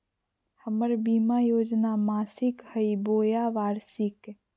हमर बीमा योजना मासिक हई बोया वार्षिक?